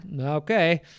okay